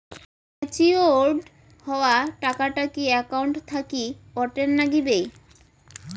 Matured হওয়া টাকাটা কি একাউন্ট থাকি অটের নাগিবে?